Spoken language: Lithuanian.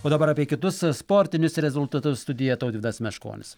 o dabar apie kitus sportinius rezultatus studijoje tautvydas meškonis